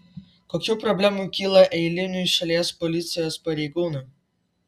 kokių problemų kyla eiliniui šalies policijos pareigūnui